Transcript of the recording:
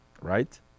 right